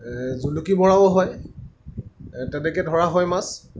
জুলুকি মৰাও হয় তেনেকৈ ধৰা হয় মাছ